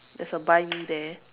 there's a buy me there